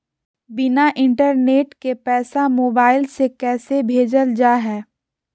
बिना इंटरनेट के पैसा मोबाइल से कैसे भेजल जा है?